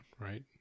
right